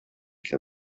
can